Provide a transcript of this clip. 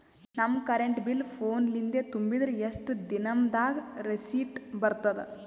ನಮ್ current bill ಫೋನ ಲಿಂದೇ ತುಂಬಿದ್ರ, ಎಷ್ಟ ದಿ ನಮ್ ದಾಗ ರಿಸಿಟ ಬರತದ?